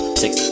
six